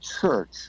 church